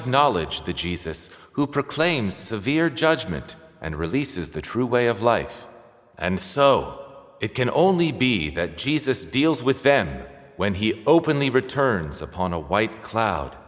acknowledge the jesus who proclaims severe judgment and releases the true way of life and so it can only be that jesus deals with them when he openly returns upon a white cloud